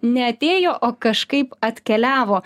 neatėjo o kažkaip atkeliavo